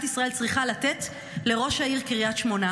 ישראל צריכה לתת לראש העיר קריית שמונה,